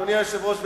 אדוני היושב-ראש,